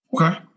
Okay